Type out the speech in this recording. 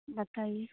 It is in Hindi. बताइए